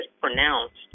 pronounced